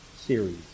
series